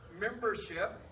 membership